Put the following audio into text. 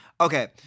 Okay